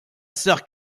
sœur